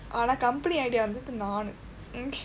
ஆனா :aanaa company idea வந்தது நானு:vanthathu naanu